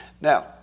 Now